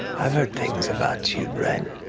i've heard things about you, bren.